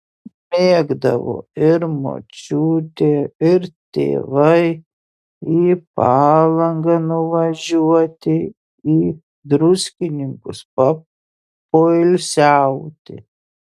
mėgdavo ir močiutė ir tėvai į palangą nuvažiuoti į druskininkus papoilsiauti